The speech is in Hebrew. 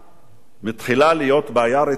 מתחילה להיות בעיה רצינית ואקוטית,